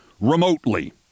remotely